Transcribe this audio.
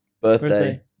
Birthday